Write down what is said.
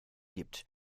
gibt